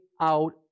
out